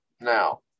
now